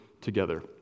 together